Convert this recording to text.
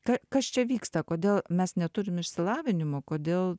tai kas čia vyksta kodėl mes neturim išsilavinimo kodėl